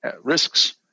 risks